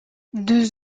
deux